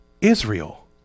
Israel